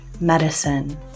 medicine